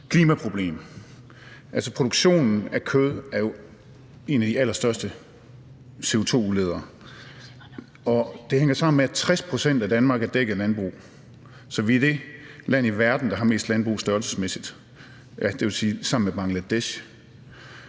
klimaproblem. Altså, produktionen af kød er jo en af de allerstørste CO2-udledere, og det hænger sammen med, at 60 pct. af Danmark er dækket med landbrug. Så vi er det land i verden sammen med Bangladesh, der har mest landbrug størrelsesmæssigt. 80 pct. af alt det,